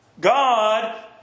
God